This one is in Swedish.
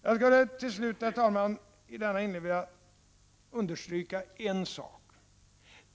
Jag skulle till slut i detta inlägg vilja understryka en sak.